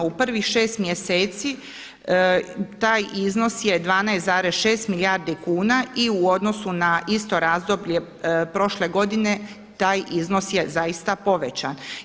U prvih šest mjeseci taj iznos je 12,6 milijardi kuna i u odnosu na isto razdoblje prošle godine taj iznos je zaista povećan.